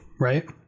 right